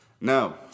Now